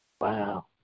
Wow